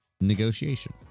negotiation